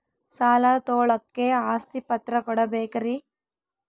ಸಾಲ ತೋಳಕ್ಕೆ ಆಸ್ತಿ ಪತ್ರ ಕೊಡಬೇಕರಿ?